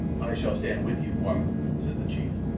i shall stand with you, bwana, said the chief,